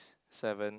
seven